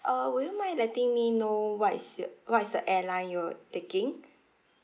uh would you mind letting me know what is what is the airline you taking